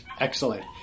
excellent